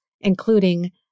including